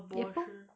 they